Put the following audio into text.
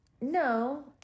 no